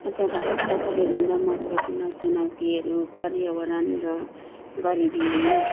आज भारतका सबैभन्दा महत्त्वपूर्ण चुनौतीहरू पर्यावरण र गरिबी हुन्